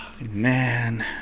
man